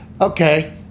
Okay